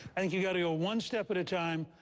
i think you've got to go one step at a time.